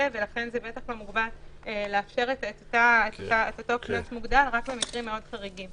ולכן בטח לא מוצדק לאפשר את הקנס המוגדל רק במקרים חריגים מאוד.